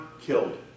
killed